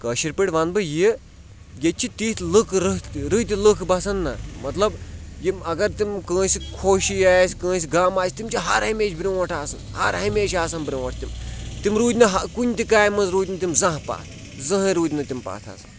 کٲشِر پٲٹھۍ وَنہٕ بہٕ یہِ ییٚتہِ چھِ تِتھۍ لٕکھ رٕتھ رٕتۍ لٕکھ بَسان نہ مطلب یِم اگر تِم کٲنٛسہِ خوشی آسہِ کٲنٛسہِ غم آسہِ تِم چھِ ہَر ہمیشہِ برٛونٛٹھ آسان ہَر ہمیشہِ آسان برٛونٛٹھ تِم تِم روٗدۍ نہٕ کُنہِ تہِ کامہِ منٛز روٗدۍ نہٕ تِم زانٛہہ پَتھ زٕہٕنۍ روٗدۍ نہٕ تِم پَتھ